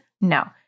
No